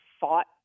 fought